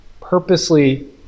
purposely